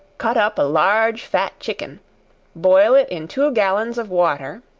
cut up a large fat chicken boil it in two gallons of water,